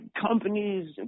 companies